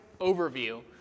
overview